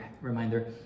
reminder